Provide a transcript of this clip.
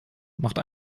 macht